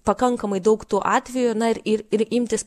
pakankamai daug tų atvejų na ir ir imtis